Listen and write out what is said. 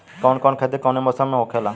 कवन कवन खेती कउने कउने मौसम में होखेला?